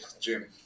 Jim